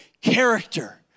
character